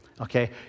Okay